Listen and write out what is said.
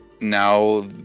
now